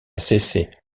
cessé